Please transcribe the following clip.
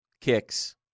kicks